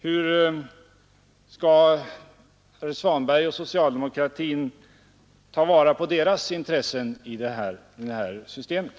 Hur skall herr Svanberg och socialdemokratin ta vara på deras intressen i det här systemet?